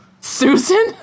Susan